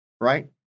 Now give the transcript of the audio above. Right